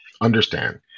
understand